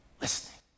listening